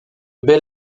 bel